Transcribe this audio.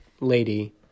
lady